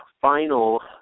final